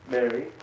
Mary